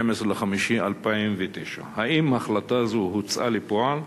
במאי 2009. האם החלטה זו הוצאה לפועל,